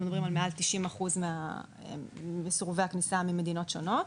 אנחנו מדברים על מעל 90% של סירובי כניסה ממדינות שונות.